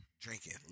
drinking